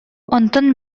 онтон